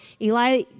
Eli